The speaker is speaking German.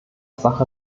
sache